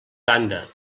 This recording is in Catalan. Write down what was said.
banda